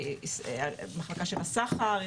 אם זה מחלקה של הסחר.